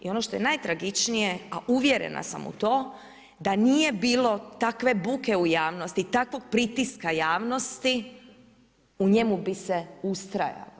I ono što je najtragičnije, a uvjerena sam u to da nije bilo takve buke u javnosti, takvog pritiska javnosti u njemu bi se ustrajalo.